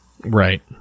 Right